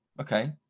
okay